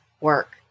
work